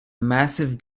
massive